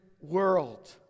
world